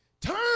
turn